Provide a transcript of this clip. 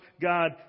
God